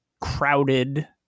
crowded